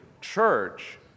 church